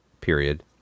period